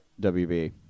WB